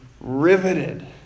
riveted